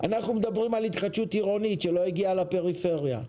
מדברים על התחדשות עירונית שלא הגיעה בפריפריה.